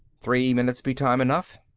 three minutes be time enough?